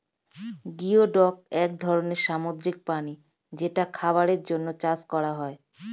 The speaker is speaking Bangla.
গিওডক এক ধরনের সামুদ্রিক প্রাণী যেটা খাবারের জন্যে চাষ করা হয়